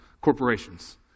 corporations